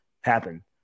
happen